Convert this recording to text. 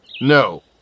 No